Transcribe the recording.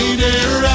dear